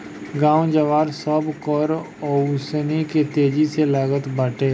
गाँव जवार, सबकर ओंसउनी के तेजी लागल बाटे